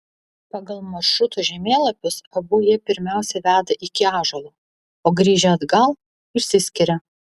pagal maršrutų žemėlapius abu jie pirmiausiai veda iki ąžuolo o grįžę atgal išsiskiria